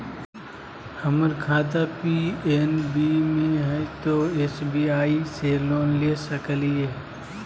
हमर खाता पी.एन.बी मे हय, तो एस.बी.आई से लोन ले सकलिए?